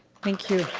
thank you.